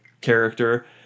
character